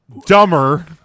dumber